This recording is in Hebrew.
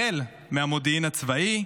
החל מהמודיעין הצבאי,